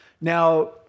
now